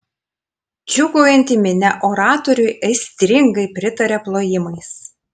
džiūgaujanti minia oratoriui aistringai pritarė plojimais